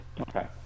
Okay